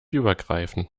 übergreifen